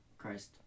christ